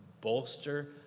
bolster